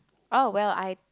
oh well I